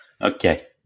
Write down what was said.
Okay